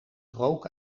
rook